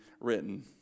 written